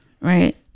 right